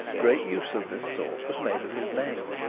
great use of this sort was made of his name.